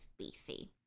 BC